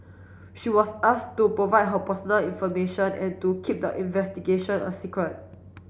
she was ask to provide her personal information and to keep the investigation a secret